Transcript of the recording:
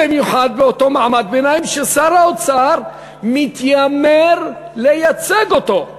במיוחד באותו מעמד ביניים ששר האוצר מתיימר לייצג אותו.